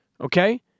Okay